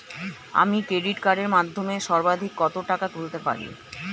আমি ক্রেডিট কার্ডের মাধ্যমে সর্বাধিক কত টাকা তুলতে পারব?